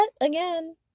again